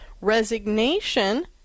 Resignation